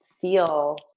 feel